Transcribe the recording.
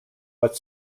but